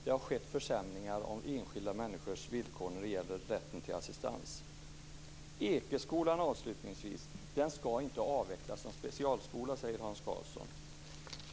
Det har skett försämringar av enskilda människors villkor när det gäller rätten till assistans. Ekeskolan, avslutningsvis, ska inte avvecklas som specialskola säger Hans Karlsson.